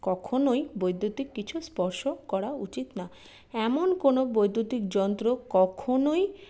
কখনই বৈদ্যুতিক কিছু স্পর্শ করা উচিত না এমন কোনো বৈদ্যুতিক যন্ত্র কখনোই